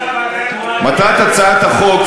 מטרת הצעת החוק,